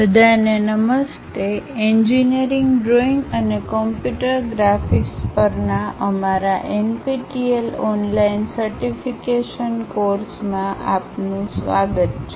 બધાને નમસ્તે engineering drawing અને કમ્પ્યુટર ગ્રાફિક્સ પરના અમારા એનપીટીએલ ઓનલાઇન સર્ટિફિકેશન કોર્સમાં આપનું સ્વાગત છે